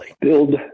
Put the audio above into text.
Build